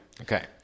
Okay